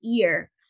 ear